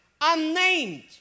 unnamed